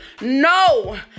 No